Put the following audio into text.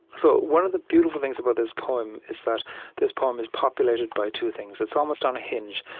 so one of the beautiful things about this poem is that this poem is populated by two things. it's almost on a hinge.